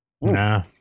nah